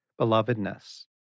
belovedness